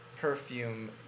Perfume